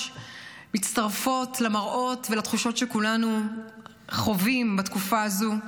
מצטרפות למראות ולתחושות שכולנו חווים בתקופה הזאת.